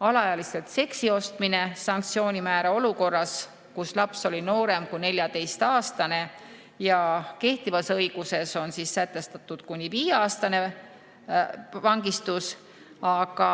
alaealiselt seksi ostmine – sanktsiooni määra olukorras, kus laps on noorem kui 14‑aastane. Kehtivas õiguses on sätestatud kuni viieaastane vangistus, aga